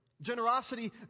generosity